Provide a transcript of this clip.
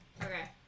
Okay